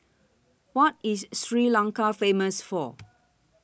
What IS Sri Lanka Famous For